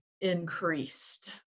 increased